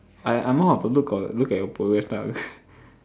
I I'm more of a look oh look at your progress type ah